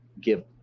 give